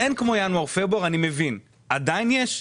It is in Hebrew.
אני מבין שאין כמו ינואר-פברואר אבל עדיין יש.